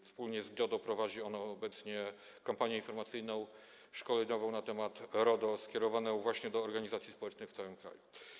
Wspólnie z GIODO prowadzi on obecnie kampanię informacyjną, szkoleniową na temat RODO, skierowaną właśnie do organizacji społecznych w całym kraju.